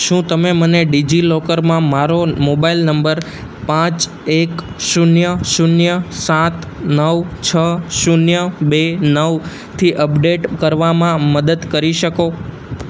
શું તમે મને ડિજિલોકરમાં મારો મોબાઈલ નંબર પાંચ એક શૂન્ય શૂન્ય સાત નવ છ શૂન્ય બે નવ થી અપડેટ કરવામાં મદદ કરી શકો